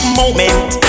moment